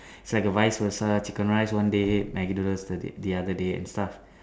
its like a vice versa chicken rice one day Maggi noodles the other day and stuff